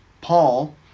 paul